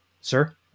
sir